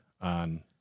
on